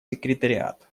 секретариат